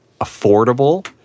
affordable